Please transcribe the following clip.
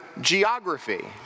geography